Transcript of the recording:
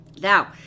now